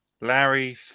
Larry